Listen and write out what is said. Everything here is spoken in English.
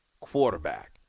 quarterback